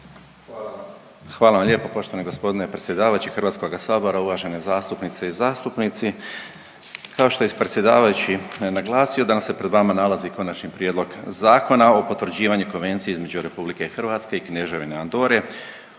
Hvala vam lijepo poštovani g. predsjedavajući HS. Uvažene zastupnice i zastupnice, kao što je predsjedavajući naglasio, danas se pred vama nalazi Konačni prijedlog Zakona o potvrđivanju Konvencije između Republike Hrvatske i Kneževine Andore